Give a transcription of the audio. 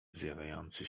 zjawiający